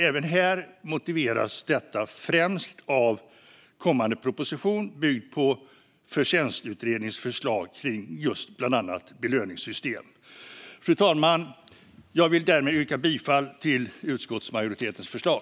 Även här motiveras detta främst av kommande proposition byggd på Förtjänstutredningens förslag kring just bland annat belöningssystem. Fru talman! Jag vill därmed yrka bifall till utskottsmajoritetens förslag.